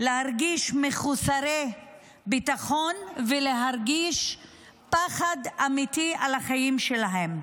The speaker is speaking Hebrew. להרגיש מחוסרות ביטחון ולהרגיש פחד אמיתי לחיים שלהם.